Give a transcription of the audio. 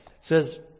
says